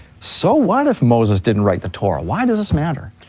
so what if moses didn't write the torah, why does this matter?